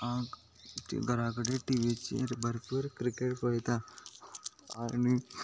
हांव घरा कडेन टी व्हीचेर भरपूर क्रिकेट पळयतां आनी